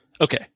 Okay